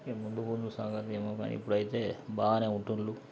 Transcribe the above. ఇకా ముందు ముందు సంగతి ఏమో గానీ ఇప్పుడైతే బాగ్సనే ఉంటున్నారు